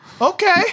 okay